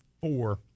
four